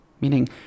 Meaning